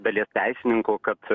dalies teisininkų kad